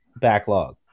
backlog